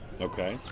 okay